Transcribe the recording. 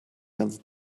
ganzen